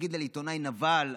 להגיד על עיתונאי "נבל".